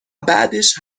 بعدش